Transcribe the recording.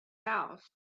house